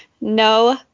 No